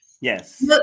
Yes